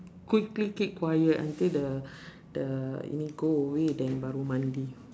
quickly keep quiet until the the ini go away then baru mandi